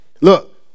Look